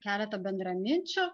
keletą bendraminčių